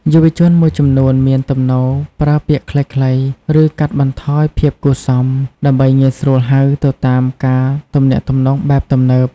យុវជនមួយចំនួនមានទំនោរប្រើពាក្យខ្លីៗ ឬកាត់បន្ថយភាពគួរសម ដើម្បីងាយស្រួលហៅទៅតាមការទំនាក់ទំនងបែបទំនើប។